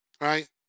right